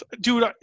Dude